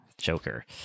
Joker